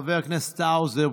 חבר הכנסת האוזר.